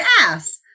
ass